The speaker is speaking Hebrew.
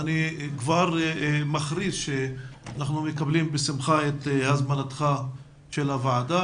אני כבר מכריז שאנחנו מקבלים בשמחה את הזמנתך לוועדה